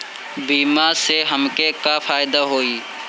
बीमा से हमके का फायदा होई?